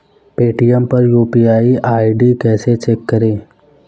Paytm पर UPI ID कैसे check करें?